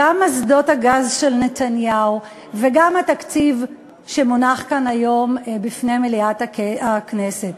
גם אסדות הגז של נתניהו וגם התקציב שמונח כאן היום בפני מליאת הכנסת,